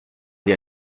der